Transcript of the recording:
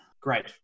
Great